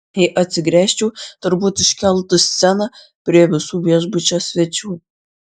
jei atsigręžčiau turbūt iškeltų sceną prie visų viešbučio svečių